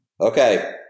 Okay